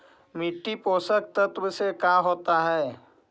मिट्टी पोषक तत्त्व से का होता है?